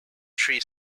three